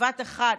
בבת אחת,